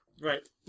Right